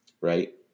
right